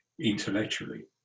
intellectually